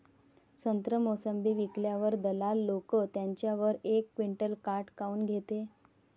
संत्रे, मोसंबी विकल्यावर दलाल लोकं त्याच्यावर एक क्विंटल काट काऊन घेते?